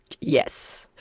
Yes